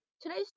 today's